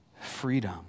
freedom